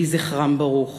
יהי זכרם ברוך.